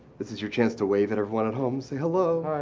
this is your chance to wave at everyone at home, say hello.